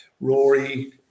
Rory